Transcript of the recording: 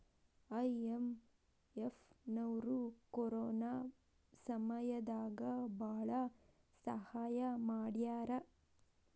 IMF ನವ್ರು corona ಸಮಯ ದಾಗ ಭಾಳ ಸಹಾಯ ಮಾಡ್ಯಾರ